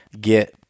get